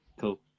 cool